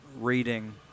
reading